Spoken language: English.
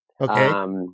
Okay